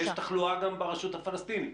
יש תחלואה גם ברשות הפלסטינית.